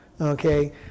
Okay